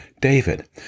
David